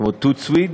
כמו tout de suite?